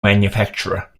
manufacturer